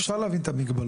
אפשר להבין את המגבלות